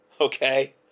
Okay